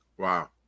Wow